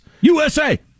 USA